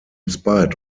spite